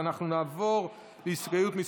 אנחנו נעבור להסתייגות מס'